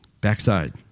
backside